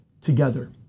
together